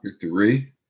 Three